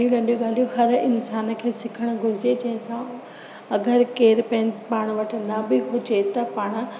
नंढियूं नंढियूं ॻालियूं हर इंसान खे सिखण घुरिजे जंहिं सां अगरि केरु पे पाणि वटि न बि हुजे त पाणि